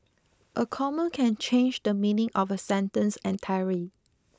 a comma can change the meaning of a sentence entirely